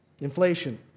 Inflation